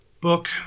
book